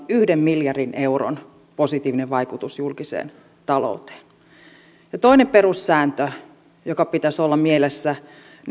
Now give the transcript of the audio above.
yhden miljardin euron positiivinen vaikutus julkiseen talouteen toinen perussääntö jonka pitäisi olla mielessä